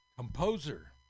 Composer